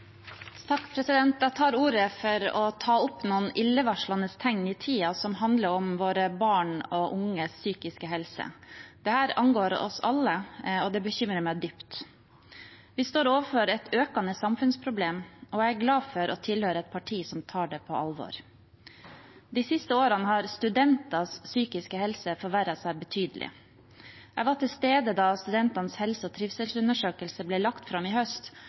Jeg tar ordet for å ta opp noen illevarslende tegn i tiden som handler om våre barn og unges psykiske helse. Dette angår oss alle, og det bekymrer meg dypt. Vi står overfor et økende samfunnsproblem, og jeg er glad for å tilhøre et parti som tar det på alvor. De siste årene har studenters psykiske helse forverret seg betydelig. Jeg var til stede da studentenes helse- og trivselsundersøkelse ble lagt fram i høst,